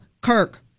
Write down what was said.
Kirk